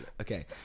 okay